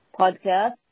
podcast